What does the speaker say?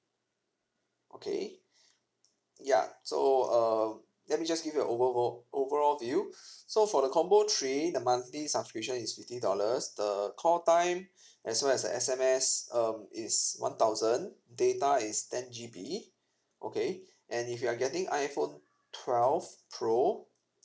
okay ya so um let me just give you overa~ overall view so for the combo three the monthly subscription is fifty dollars the call time as well as the S_M_S um is one thousand data is ten G_B okay and if you are getting iphone twelve pro